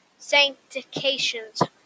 sanctifications